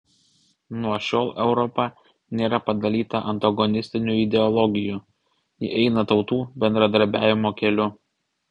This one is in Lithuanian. nuo šiol europa nėra padalyta antagonistinių ideologijų ji eina tautų bendradarbiavimo keliu